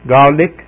garlic